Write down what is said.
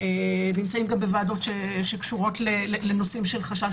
נמצאים גם בוועדות שקשורות לנושאים של חשש